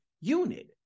unit